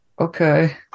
Okay